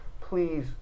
Please